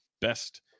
best